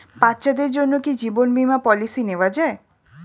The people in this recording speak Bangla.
বাচ্চাদের জন্য কি জীবন বীমা পলিসি নেওয়া যায়?